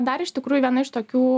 dar iš tikrųjų viena iš tokių